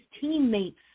teammates